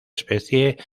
especie